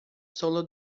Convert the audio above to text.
sólo